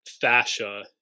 fascia